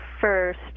first